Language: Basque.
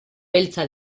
beltza